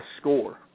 score